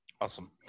Awesome